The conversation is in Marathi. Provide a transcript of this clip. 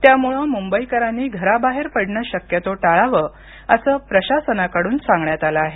त्यामुळे मुंबईकरांनी घराबाहेर पडणं शक्यतो टाळावं असं प्रशासनाकडून सांगण्यात आलं आहे